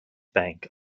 bank